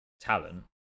talent